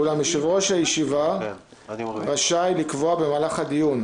ואולם יושב-ראש הישיבה רשאי לקבוע הפסקה במהלך הדיון.